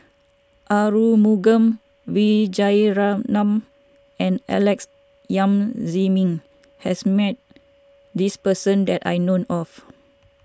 Arumugam Vijiaratnam and Alex Yam Ziming has met this person that I known of